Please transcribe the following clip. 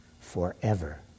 forever